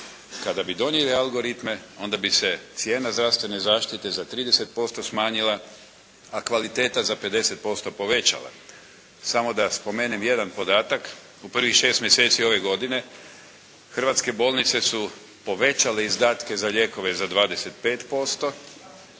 Kada bi donijeli algoritme onda bi se cijena zdravstvene zaštite za 30% smanjila a kvaliteta za 50% povećala. Samo da spomenem jedan podataka u prvih 6 mjeseci ove godine, Hrvatske bolnice su povećale izdatke za lijekove za 25%,